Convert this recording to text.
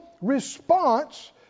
response